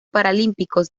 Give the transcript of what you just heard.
paralímpicos